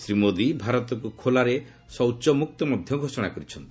ଶ୍ରୀ ମୋଦି ଭାରତକୁ ଖୋଲାରେ ଶୌଚମୁକ୍ତ ମଧ୍ୟ ଘୋଷଣା କରିଛନ୍ତି